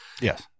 yes